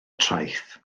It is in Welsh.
traeth